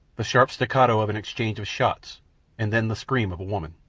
the sharp staccato of an exchange of shots and then the scream of a woman.